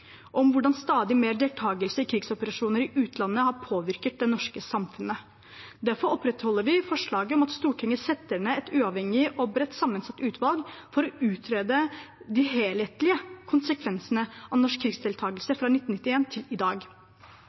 om hvordan stadig mer deltakelse i krigsoperasjoner i utlandet har påvirket det norske samfunnet. Derfor opprettholder vi forslaget om at Stortinget setter ned et uavhengig og bredt sammensatt utvalg for å utrede de helhetlige konsekvensene av norsk krigsdeltakelse fra 1991 til i dag.